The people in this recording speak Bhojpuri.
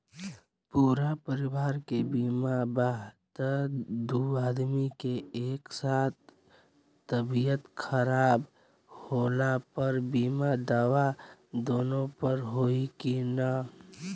पूरा परिवार के बीमा बा त दु आदमी के एक साथ तबीयत खराब होला पर बीमा दावा दोनों पर होई की न?